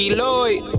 Lloyd